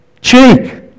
cheek